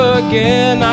again